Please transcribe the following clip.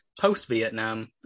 post-Vietnam